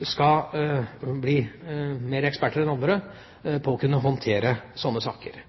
skal bli mer eksperter enn andre på å håndtere sånne saker.